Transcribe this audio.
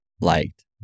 liked